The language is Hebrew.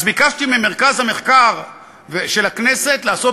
אז ביקשתי ממרכז המחקר של הכנסת לעשות